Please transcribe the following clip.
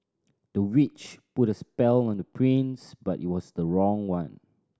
the witch put a spell on the prince but it was the wrong one